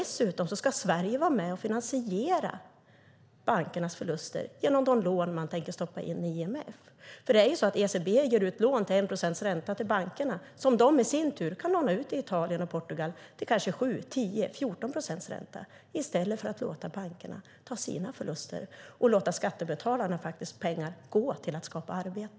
Sverige ska dessutom vara med och finansiera bankernas förluster genom de lån man tänker stoppa in i IMF. ECB ger ut lån till bankerna till 1 procents ränta som de i sin tur kan låna ut i Italien och Portugal till kanske 7, 10 eller 14 procents ränta i stället för att man låter bankerna ta sina förluster och låta skattebetalarnas pengar gå till att skapa arbete.